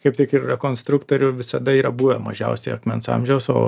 kaip tik ir rekonstruktorių visada yra buvę mažiausiai akmens amžiaus o